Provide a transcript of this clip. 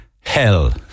Hell